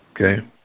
Okay